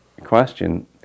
question